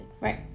Right